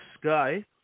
sky